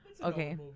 okay